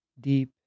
deep